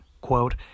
quote